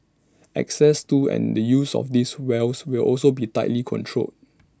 access to and the use of these wells will also be tightly controlled